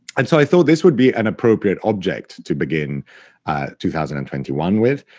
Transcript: and so, i thought this would be an appropriate object to begin two thousand and twenty one with,